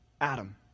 Adam